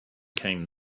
came